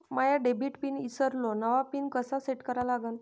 माया debit pin ईसरलो, नवा pin कसा सेट करा लागन?